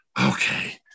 Okay